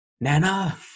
Nana